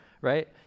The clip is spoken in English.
right